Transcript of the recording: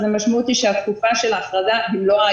אז המשמעות היא שהתקופה של ההכרזה במלואה